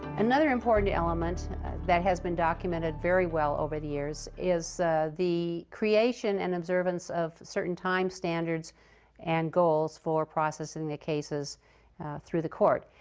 another important element that has been documented very well over the years is the creation and observance of certain time standards and goals for processing the cases through the court.